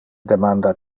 demanda